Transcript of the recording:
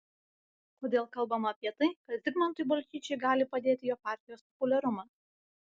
kodėl kalbama apie tai kad zigmantui balčyčiui gali padėti jo partijos populiarumas